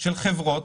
של חברות